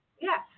Yes